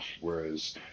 Whereas